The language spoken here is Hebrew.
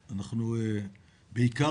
בעיקר,